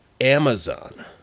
Amazon